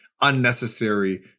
unnecessary